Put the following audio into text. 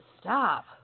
stop